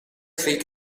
three